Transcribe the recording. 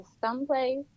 someplace